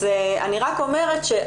אז אני רק אומרת,